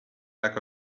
lack